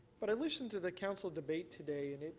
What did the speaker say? but i listened to the council debate today and